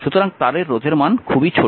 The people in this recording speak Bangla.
সুতরাং তারের রোধের মান খুবই ছোট